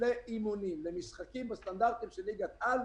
לאימונים למשחקים בסטנדרטים של ליגת על.